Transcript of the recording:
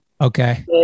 Okay